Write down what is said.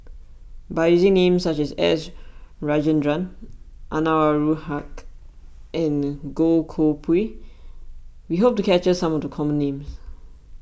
by using names such as S Rajendran Anwarul Haque and Goh Koh Pui we hope to capture some of the common names